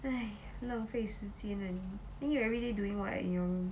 !haiya! 浪费时间啊你 then you everyday doing what in your room